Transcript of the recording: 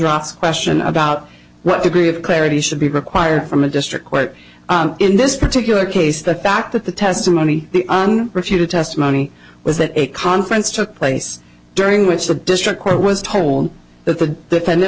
ross question about what degree of clarity should be required from a district court in this particular case the fact that the testimony the un refuted testimony was that a conference took place during which the district court was told that the defendant